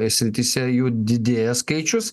srityse jų didėja skaičius